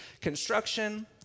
construction